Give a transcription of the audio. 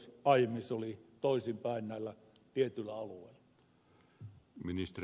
aiemmin se oli toisinpäin näillä tietyillä alueilla